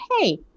hey